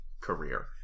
career